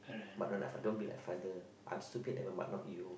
but no lah don't be like father I'm stupid nevermind not you